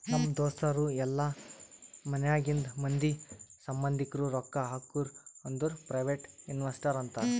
ನಮ್ ದೋಸ್ತರು ಇಲ್ಲಾ ಮನ್ಯಾಗಿಂದ್ ಮಂದಿ, ಸಂಭಂದಿಕ್ರು ರೊಕ್ಕಾ ಹಾಕುರ್ ಅಂದುರ್ ಪ್ರೈವೇಟ್ ಇನ್ವೆಸ್ಟರ್ ಅಂತಾರ್